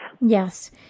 Yes